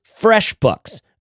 FreshBooks